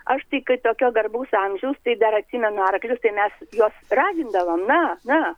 aš tai kai tokio garbaus amžiaus tai dar atsimenu arklius tai mes juos ragindavom na na